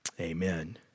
Amen